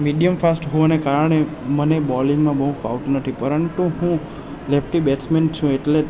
medium fast હોવાને કારણે મને બોલિંગમાં બહુ ફાવતું નથી પરંતુ હું લેફ્ટિ બેટ્સમેન છું એટલે